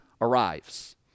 arrives